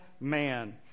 man